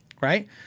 Right